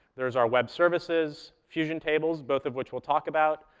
there's our web services, fusion tables, both of which we'll talk about,